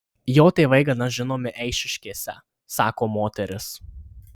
jo tėvai gana žinomi eišiškėse sako moteris